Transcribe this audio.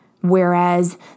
Whereas